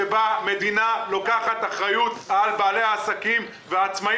שבה מדינה לוקחת אחריות על בעלי העסקים ועל העצמאים